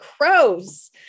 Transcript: crows